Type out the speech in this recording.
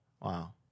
Wow